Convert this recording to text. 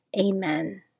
Amen